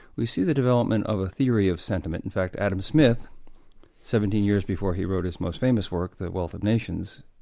we see the development of a theory of sentiment in fact adam smith seventeen years before he wrote his most famous work, the wealth of nations,